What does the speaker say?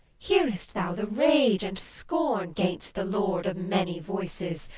hearest thou the rage and scorn gainst the lord of many voices,